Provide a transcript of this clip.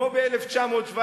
כמו ב-1917,